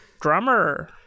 drummer